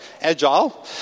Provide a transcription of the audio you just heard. agile